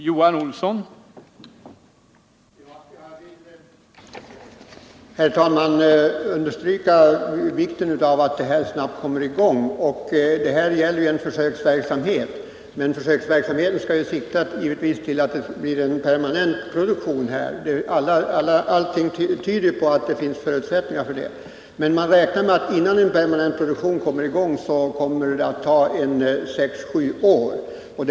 Herr talman! Jag vill understryka vikten av att försöksverksamheten snabbt kommer i gång. Även om det gäller en försöksverksamhet, skall syftet givetvis vara att snabbt få till stånd en produktion. Allting tyder också på att det finns förutsättningar för att detta skall kunna lyckas. Men man räknar med att det kommer att ta sex sju år innan en permanent produktion kommer i gång.